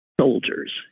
soldiers